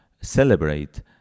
celebrate